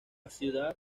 ciudad